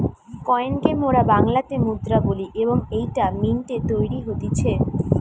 coin কে মোরা বাংলাতে মুদ্রা বলি এবং এইটা মিন্ট এ তৈরী হতিছে